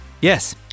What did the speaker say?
Yes